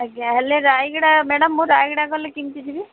ଆଜ୍ଞା ହେଲେ ରାୟଗଡ଼ା ମ୍ୟାଡମ ମୁଁ ରାୟଗଡ଼ା ଗଲେ କେମିତି ଯିବି